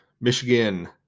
Michigan